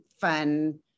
fun